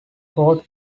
fourth